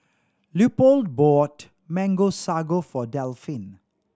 Leopold bought Mango Sago for Delphin